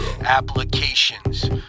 applications